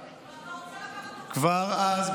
אבל אתה רוצה לקחת אפוטרופסות גם כנגד